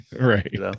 right